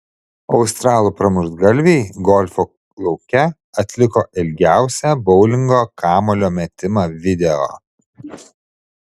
australų pramuštgalviai golfo lauke atliko ilgiausią boulingo kamuolio metimą video